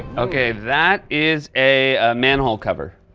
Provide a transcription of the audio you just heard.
ok, that is a manhole cover.